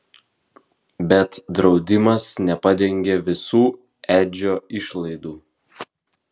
bet draudimas nepadengė visų edžio išlaidų